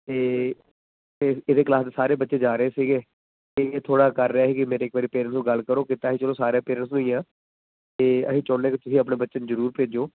ਅਤੇ ਇਹ ਇਹਦੇ ਕਲਾਸ ਦੇ ਸਾਰੇ ਬੱਚੇ ਜਾ ਰਹੇ ਸੀਗੇ ਇਹ ਥੋੜ੍ਹਾ ਕਰ ਰਿਹਾ ਸੀ ਕਿ ਮੇਰੇ ਇੱਕ ਵਾਰੀ ਪੇਰੈਂਟਸ ਨਾਲ ਗੱਲ ਕਰੋ ਕੀਤਾ ਅਸੀਂ ਚਲੋ ਸਾਰੇ ਪੇਰੈਂਟਸ ਨੂੰ ਹੀ ਆ ਅਤੇ ਅਸੀਂ ਚਾਹੁੰਦੇ ਹਾਂ ਕਿ ਤੁਸੀਂ ਆਪਣੇ ਬੱਚੇ ਨੂੰ ਜ਼ਰੂਰ ਭੇਜੋ